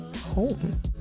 home